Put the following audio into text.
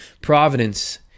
providence